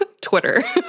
Twitter